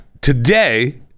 Today